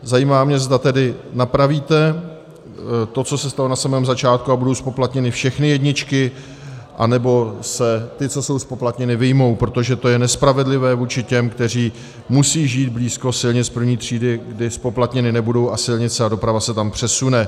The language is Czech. Zajímá mě, zda tedy napravíte to, co se stalo na samém začátku, a budou zpoplatněny všechny jedničky, anebo se ty, co jsou zpoplatněny, vyjmou, protože to je nespravedlivé vůči těm, kteří musí žít blízko silnic první třídy, kdy zpoplatněny nebudou, a silnice a doprava se tam přesune.